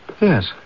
Yes